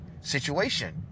situation